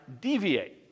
deviate